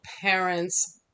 parents